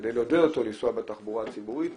כדי לעודד אותו לנסוע בתחבורה הציבורית,